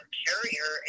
carrier